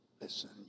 Listen